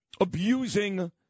abusing